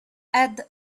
add